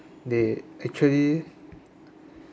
they actually